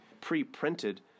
pre-printed